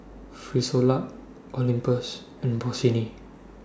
Frisolac Olympus and Bossini